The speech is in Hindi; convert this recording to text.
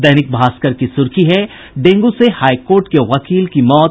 दैनिक भास्कर की सुर्खी है डेंगू से हाईकोर्ट के वकील की मौत